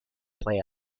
play